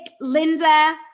Linda